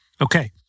Okay